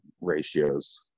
ratios